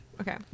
Okay